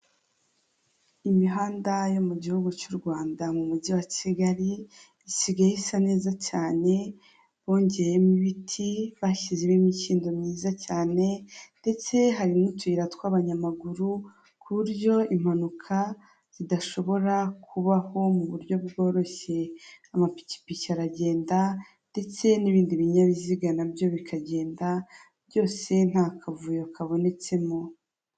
Iyi ni inzu y'ubwishingizi ahangaha uraza bakaguheza ubwishingizi. Ugashinganisha ibikorwa byawe, ugashinganisha amazu yawe, ugashinganisha umuryango wawe n'abana bawe.